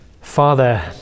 Father